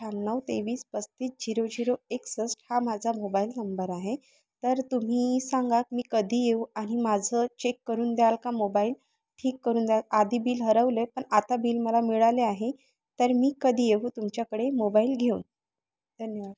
अठ्याण्णव तेवीस पस्तीस झिरो झिरो एकसष्ट हा माझा मोबाईल नंबर आहे तर तुम्ही सांगा मी कधी येऊ आणि माझं चेक करून द्याल का मोबाईल ठीक करून द्या आधी बिल हरवलं आहे पण आता बिल मला मिळाले आहे तर मी कधी येऊ तुमच्याकडे मोबाईल घेऊन धन्यवाद